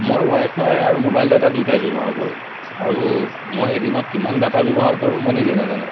মই ৱাইফাই আৰু mobile data দুয়োটাই ব্যৱহাৰ কৰোঁ আৰু মই এদিনত কিমান ডাটা ব্যৱহাৰ কৰোঁ মই নিজে নাজানো